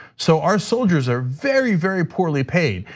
so our soldiers are very, very poorly paid.